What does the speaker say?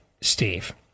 steve